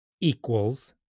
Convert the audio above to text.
equals